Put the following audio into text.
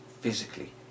physically